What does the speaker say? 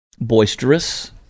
boisterous